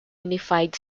unified